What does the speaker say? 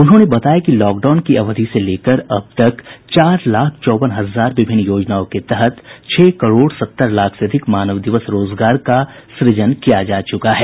उन्होंने बताया कि लॉकडाउन की अवधि से लेकर अब तक चार लाख चौवन हजार विभिन्न योजनाओं के तहत छह करोड़ सत्तर लाख से अधिक मानव दिवस रोजगार का सूजन किया जा चुका है